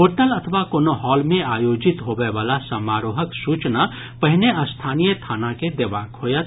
hotel अथवा कोनो hall मे आयोजित होबय वला समारोहक सूचना पहिने स्थानीय थाना के देबाक होयत